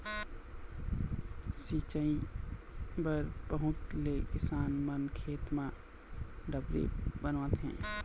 सिंचई बर बहुत ले किसान मन खेत म डबरी बनवाथे